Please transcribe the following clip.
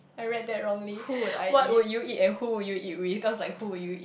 I read that wrongly what would you eat and who would you eat with sounds like who would you eat